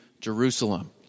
Jerusalem